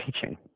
teaching